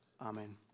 Amen